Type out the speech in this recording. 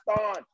on